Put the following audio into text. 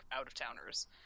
out-of-towners